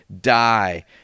die